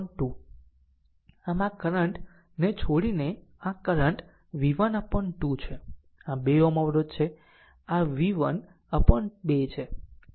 આમ આ કરંટ ને છોડીને આ કરંટ v1 upon 2 છે આ 2 Ω અવરોધ છે આ v1 upon 2 છે